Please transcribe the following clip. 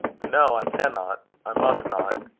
no, i cannot. i must not.